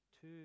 two